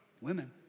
Women